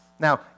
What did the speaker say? Now